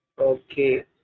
Okay